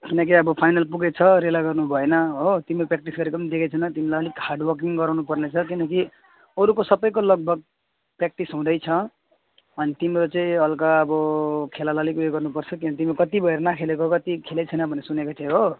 किनकि अब फाइनल पुगेको छ रेला गर्नुभएन हो तिम्रो प्र्याक्टिस गरेको पनि देखेको छैन तिमीलाई अलिक हार्ड वर्किङ गराउनु पर्नेछ किनकि अरूको सबैको लगभग प्र्याक्टिस हुँदैछ अनि तिम्रो चाहिँ हलका अब खेलालाई अलिक उयो गर्नुपर्छ किन तिमी कत्ति भयो अरे नखेलेको कत्ति खेलेको छैन भनेको सुनेको थिएँ हो